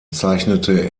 zeichnete